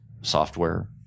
software